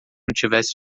tivesse